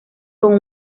con